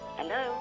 Hello